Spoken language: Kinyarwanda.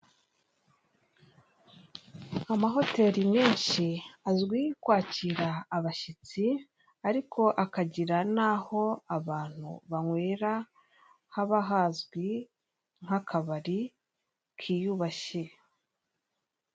Amahoteli menshi azwi kwakira abashyitsi ariko akagira n'aho abantu banywera, haba hazwi nk'akabari kiyubashye.